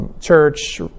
Church